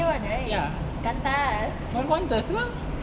ya not ke